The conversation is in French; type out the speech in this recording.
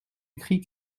écrit